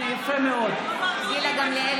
הוא סימן למטה אז אמרתי שהוא